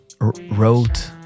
wrote